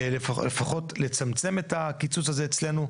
לפחות לצמצם את הקיצוץ הזה אצלנו,